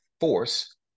force